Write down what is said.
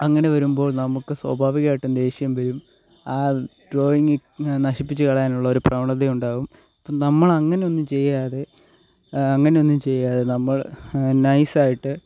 അങ്ങനെ വരുമ്പോൾ നമുക്ക് സ്വാഭാവികമായിട്ടും ദേഷ്യം വരും ആ ഡ്രോയിങ് നശിപ്പിച്ച് കളയാനുളള ഒരു പ്രവണത ഉണ്ടാകും അപ്പം നമ്മൾ അങ്ങനെ ഒന്നും ചെയ്യാതെ അങ്ങനെ ഒന്നും ചെയ്യാതെ നമ്മൾ നൈസായിട്ട്